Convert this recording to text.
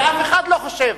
הרי אף אחד לא חושב